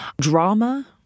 drama